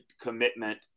commitment